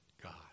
God